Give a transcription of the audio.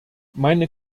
meine